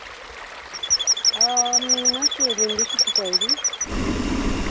मि ना छे दिन दी छुट्टी चाहिदी दी